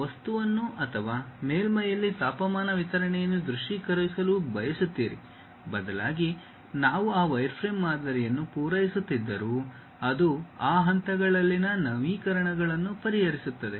ನೀವು ವಸ್ತುವನ್ನು ಅಥವಾ ಮೇಲ್ಮೈಯಲ್ಲಿ ತಾಪಮಾನ ವಿತರಣೆಯನ್ನು ದೃಶ್ಯೀಕರಿಸಲು ಬಯಸುತ್ತೀರಿ ಬದಲಾಗಿ ನಾವು ವೈರ್ಫ್ರೇಮ್ ಮಾದರಿಯನ್ನು ಪೂರೈಸುತ್ತಿದ್ದರೂ ಅದು ಆ ಹಂತಗಳಲ್ಲಿನ ಸಮೀಕರಣಗಳನ್ನು ಪರಿಹರಿಸುತ್ತದೆ